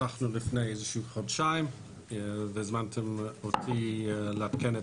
שוחחנו לפני כחודשיים והזמנתם אותי לעדכן את